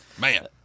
Man